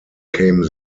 came